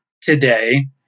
today